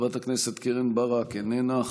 חברת הכנסת קרן ברק, איננה.